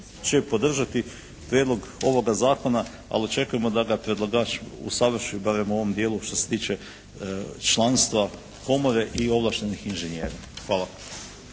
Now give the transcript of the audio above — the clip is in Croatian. će podržati prijedlog ovoga zakona ali očekujemo da ga predlagač usavrši barem u ovom dijelu što se tiče članstva komore i ovlaštenih inženjera. Hvala.